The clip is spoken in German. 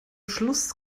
schluss